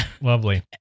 Lovely